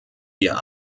wir